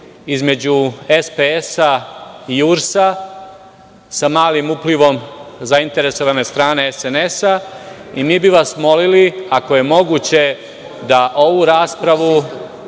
između SPS i URS, sa malim uplivom zainteresovane strane SNS. Mi bi vas molili, ako je moguće, da ovu raspravu